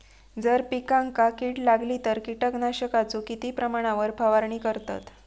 जर पिकांका कीड लागली तर कीटकनाशकाचो किती प्रमाणावर फवारणी करतत?